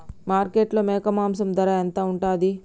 మార్కెట్లో మేక మాంసం ధర ఎంత ఉంటది?